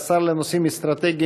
יוסי יונה,